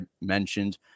mentioned